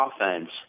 offense